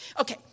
Okay